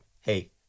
hey